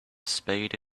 spade